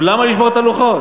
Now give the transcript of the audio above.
אבל למה לשבור את הלוחות?